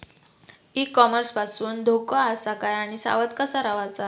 E commerce पासून धोको आसा काय आणि सावध कसा रवाचा?